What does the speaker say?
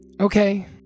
Okay